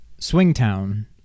Swingtown